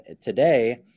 today